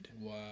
Wow